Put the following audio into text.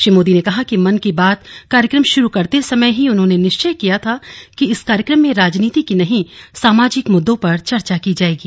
श्री मोदी ने कहा कि मन की बात कार्यक्रम शुरू करते समय ही उन्होंने निश्चय किया था कि इस कार्यक्रम में राजनीति की नहीं सामाजिक मुद्दों पर चर्चा की जाएगी